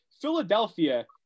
Philadelphia